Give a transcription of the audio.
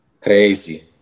Crazy